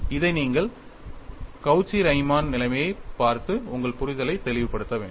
இதை நீங்கள் Cauchy Riemann நிலையைப் பார்த்து உங்கள் புரிதலை தெளிவுபடுத்த வேண்டும்